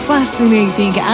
Fascinating